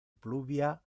pluvia